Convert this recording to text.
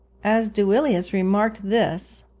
as duilius remarked this,